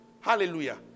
Hallelujah